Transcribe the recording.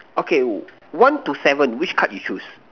okay one to seven which card you choose